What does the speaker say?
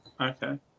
okay